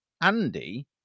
Andy